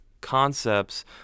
concepts